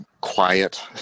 quiet